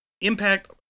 impact